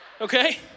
okay